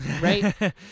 right